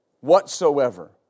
Whatsoever